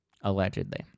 allegedly